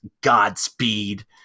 Godspeed